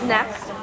Next